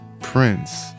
Prince